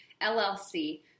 LLC